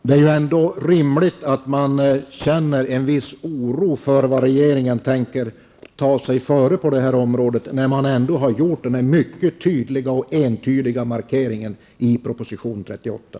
Herr talman! Det är ändå rimligt att man känner en viss oro för vad regeringen tänker ta sig före på det här området, när den har gjort den här mycket tydliga och entydiga markeringen i proposition 38.